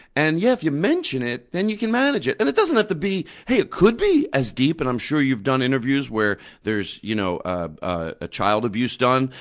and, yeah, if you mention it, then you can manage it. and it doesn't have to be hey, it could be as deep as and i'm sure you've done interviews where there's you know ah child abuse done,